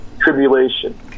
tribulation